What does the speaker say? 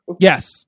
Yes